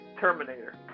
Terminator